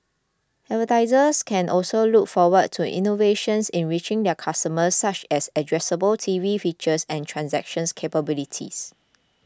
advertisers can also look forward to innovations in reaching their customers such as addressable T V features and transactions capabilities